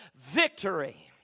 victory